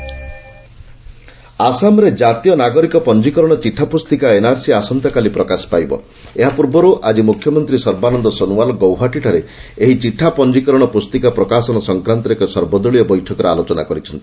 Assam NRC ଆସାମରେ ଜାତୀୟ ନାଗରିକ ପଞ୍ଜୀକରଣ ଚିଠା ପୁସ୍ତିକା ଏନ୍ଆର୍ସି ଆସନ୍ତାକାଲି ପ୍ରକାଶ ପାଇବା ପୂର୍ବରୁ ଆକି ମୁଖ୍ୟମନ୍ତ୍ରୀ ସର୍ବାନନ୍ଦ ସୋନୋୱାଲ୍ ଗୌହାଟୀଠାରେ ଏହି ଚିଠା ପଞ୍ଜୀକରଣ ପ୍ରସ୍ତିକା ପ୍ରକାଶନ ସଂକ୍ରାନ୍ତରେ ଏକ ସର୍ବଦଳୀୟ ବୈଠକରେ ଆଲୋଚନା କରିଛନ୍ତି